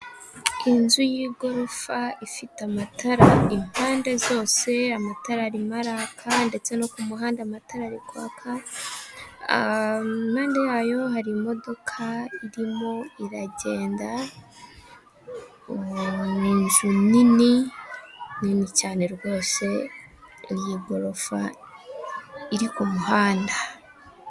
Ku mupira wa kizimyamoto wifashishwa mu gihe habaye inkongi y'umuriro, uba uri ahantu runaka hahurira abantu benshi nko mu masoko, mu mavuriro ndetse no mu ma sitade, uyu mupira wifashishwa ubusukira amazi bitewe n'ahantu inkongi y'umuriro iri.